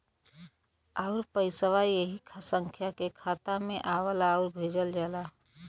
आउर पइसवा ऐही संख्या के खाता मे आवला आउर भेजल जाला